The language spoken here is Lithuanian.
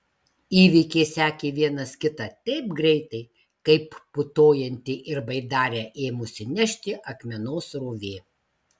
įvykiai sekė vienas kitą taip greitai kaip putojanti ir baidarę ėmusi nešti akmenos srovė